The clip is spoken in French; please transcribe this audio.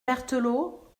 berthelot